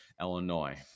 Illinois